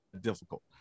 difficult